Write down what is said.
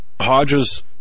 Hodges